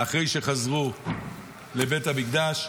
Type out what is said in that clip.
אחרי שחזרו לבית המקדש,